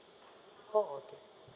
oh okay